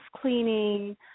cleaning